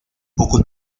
poco